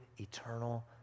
eternal